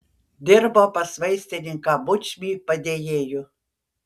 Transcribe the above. dirbo pas vaistininką bučmį padėjėju